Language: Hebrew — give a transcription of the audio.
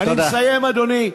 אני מסיים, אדוני.